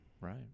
Right